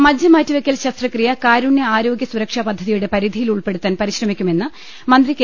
മജ്ജ മാറ്റിവെക്കൽ ശസ്ത്രക്രിയ കാരുണ്യ ആരോഗ്യ സുരക്ഷാ പദ്ധതിയുടെ പരിധിയിൽ ഉൾപ്പെടുത്താൻ പരിശ്രമിക്കുമെന്ന് മന്ത്രി കെ